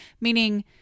Meaning